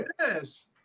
Yes